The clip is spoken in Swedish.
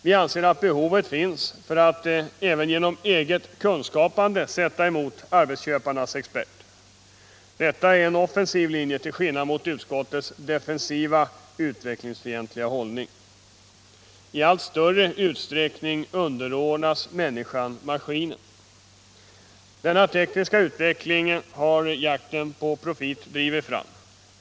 Vi anser att behovet finns för att även genom eget kunskapande sätta emot arbetsköparnas experter. Detta är en offensiv linje till skillnad från utskottets defensiva, utvecklingsfientliga hållning. I allt större utsträckning underordnas människan maskinen. Denna tekniska utveckling har jakten på profit drivit fram.